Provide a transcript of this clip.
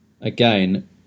again